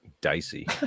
dicey